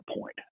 point